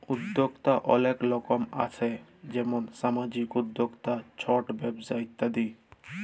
উদ্যক্তা অলেক রকম আসে যেমল সামাজিক উদ্যক্তা, ছট ব্যবসা ইত্যাদি